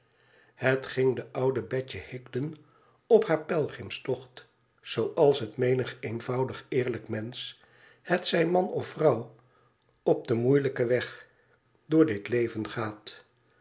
het ging de oude betje higden op haar pelgrimstocht zooals het menig eenvoudig eerlijk mensch hetzij man of vrouw op den moeilijken weg door dit leven gaat